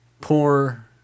poor